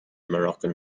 moroccan